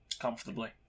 Comfortably